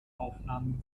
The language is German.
aufnahmen